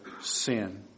sin